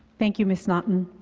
thank you, ms. mcnaughton.